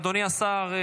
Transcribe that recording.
אדוני השר,